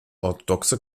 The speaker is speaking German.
orthodoxe